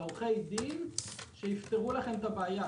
לעורכי דין שיפתרו לכם את הבעיה.